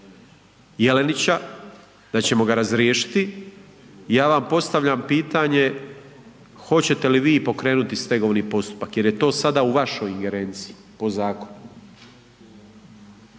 Jelenića, da ćemo ga razriješiti ja vam postavljam pitanje hoćete li vi pokrenuti stegovni postupak jer je to sada u vašoj ingerenciji po zakonu?